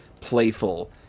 playful